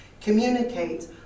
communicate